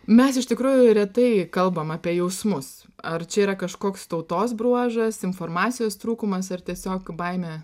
mes iš tikrųjų retai kalbam apie jausmus ar čia yra kažkoks tautos bruožas informacijos trūkumas ar tiesiog baimė